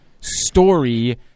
story